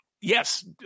Yes